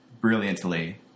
brilliantly